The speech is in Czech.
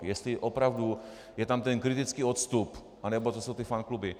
Jestli opravdu je tam ten kritický odstup, anebo to jsou ty fankluby.